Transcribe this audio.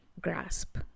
grasp